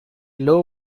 low